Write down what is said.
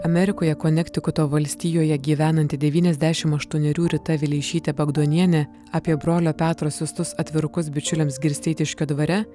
amerikoje konektikuto valstijoje gyvenanti devyniasdešimt aštuonerių rita vileišytė bagdonienė apie brolio petro siųstus atvirukus bičiuliams girsteitiškio dvare